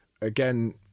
Again